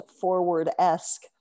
forward-esque